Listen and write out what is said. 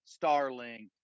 Starlink